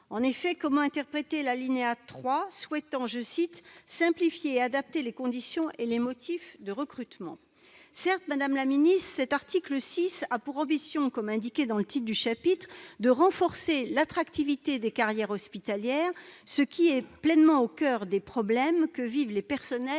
publique. Comment interpréter l'alinéa 3, qui entend « simplifier et adapter les conditions et les motifs de recrutement »? Certes, madame la ministre, l'article 6 a pour ambition, comme l'indique le titre du chapitre III susvisé, de renforcer l'attractivité des carrières hospitalières, ce qui est pleinement au coeur des problèmes que vivent les personnels